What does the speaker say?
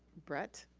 brett.